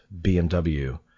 BMW